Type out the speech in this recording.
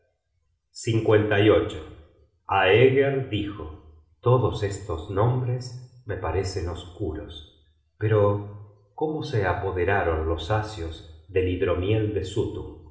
search generated at aeger dijo todos estos nombres me parecen oscuros pero cómo se apoderaron los asios del hidromiel de